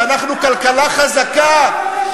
כשאנחנו כלכלה חזקה,